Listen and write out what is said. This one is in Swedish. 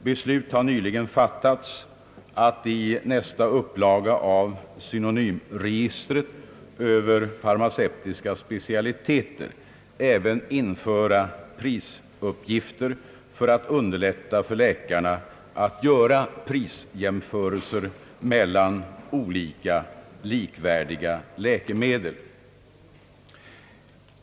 Beslut har nyligen fattats att i nästa upplaga av synonymregistret över farmaceutis ka specialiteter även införa prisuppgifter för att underlätta för läkarna att göra prisjämförelser mellan olika likvärdiga läkemedel.